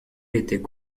était